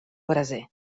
braser